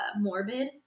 morbid